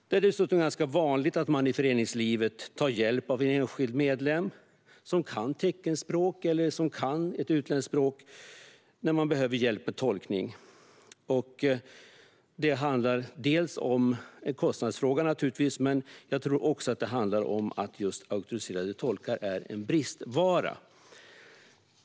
Det är dessutom ganska vanligt att man i föreningslivet tar hjälp av en enskild medlem som kan teckenspråk eller som kan ett utländskt språk när man behöver hjälp med tolkning. Det är naturligtvis en kostnadsfråga, men jag tror också att det handlar om att auktoriserade tolkar är en bristvara.